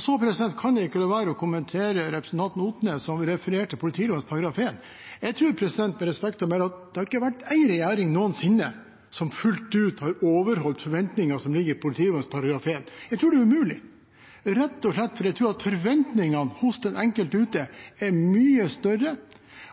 Så kan jeg ikke la være å kommentere representanten Odnes, som refererte politiloven § 1. Jeg tror – med respekt å melde – at det ikke har vært én regjering noensinne som fullt ut har overholdt forventningene som ligger i politiloven § 1. Jeg tror det er umulig, rett og slett fordi forventningene hos den enkelte ute er mye større